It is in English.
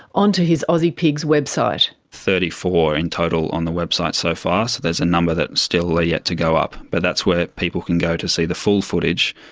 onto his aussie pigs website. thirty four in total on the website so far. so there's a number that's still ah yet to go up, but that's where people can go to see the full footage.